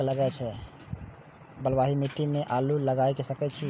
बलवाही मिट्टी में आलू लागय सके छीये?